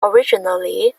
originally